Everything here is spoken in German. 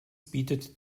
bietet